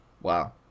Wow